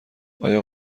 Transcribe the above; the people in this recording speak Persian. آیا